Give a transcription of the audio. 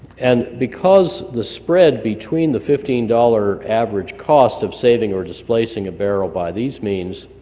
and because the spread between the fifteen dollars average cost of saving or displacing a barrel by these means,